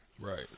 Right